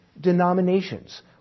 denominations